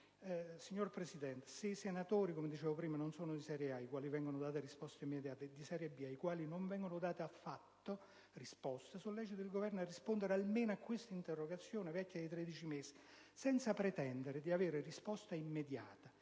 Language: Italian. Italia. Signor Presidente, se i senatori non sono ripartiti fra quelli di serie A, ai quali vengono date risposte immediate, e quelli di serie B, ai quali non vengono date affatto, sollecito il Governo a rispondere almeno a questa interrogazione vecchia di 13 mesi (senza pretendere di avere risposta immediata: